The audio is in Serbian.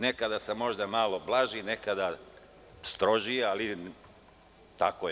Nekada sam možda malo blaži, nekada strožiji, ali tako je.